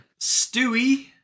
Stewie